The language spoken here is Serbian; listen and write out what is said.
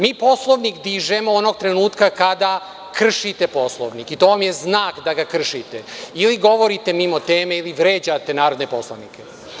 Mi Poslovnik dižemo onog trenutka kada kršite Poslovnik i to je znak da ga kršite, ili govorite mimo teme ili vređate narodne poslanike.